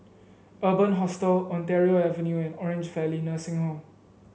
Urban Hostel Ontario Avenue and Orange Valley Nursing Home